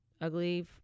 ugly